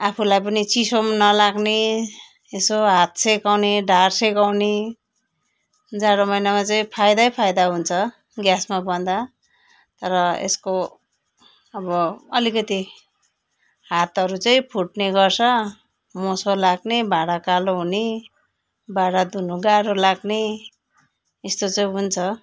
आफूलाई पनि चिसो पनि नलाग्ने यसो हात सेकाउने डाँढ सेकाउने जाडो महिनामा चाहिँ फाइदै फाइदा हुन्छ ग्यामा भन्दा तर यसको अब अलिकति हातहरू चाहिँ फुट्ने गर्छ मोसो लाग्ने भाँडा कालो हुने भाँडा धुनु गाह्रो लाग्ने यस्तो चाहिँ हुन्छ